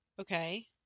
Okay